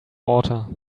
water